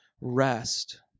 rest